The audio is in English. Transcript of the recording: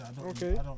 Okay